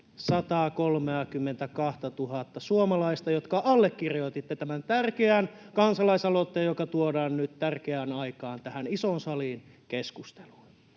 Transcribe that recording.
132 000 suomalaista, jotka allekirjoititte tämän tärkeän kansalaisaloitteen, joka tuodaan nyt tärkeään aikaan tähän isoon saliin keskusteluun.